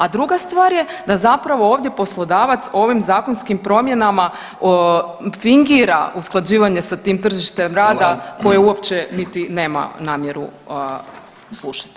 A druga stvar je da zapravo ovdje poslodavac ovim zakonskim promjenama fingira usklađivanje sa tim tržištem rada [[Upadica: Hvala.]] koje uopće niti nema namjeru slušati.